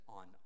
on